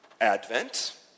Advent